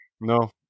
No